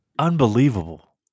unbelievable